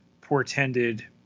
portended